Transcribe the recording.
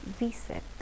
Reset